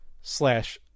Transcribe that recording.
slash